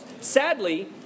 Sadly